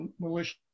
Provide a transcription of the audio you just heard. malicious